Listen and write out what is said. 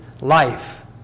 life